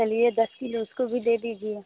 चलिए दस किलो उसको भी दे दीजिए